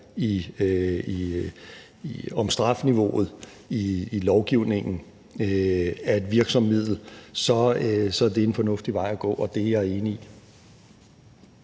om strafniveauet i lovgivningen er et virksomt middel, så er det en fornuftig vej at gå. Og det er jeg enig i.